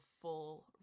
full